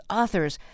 authors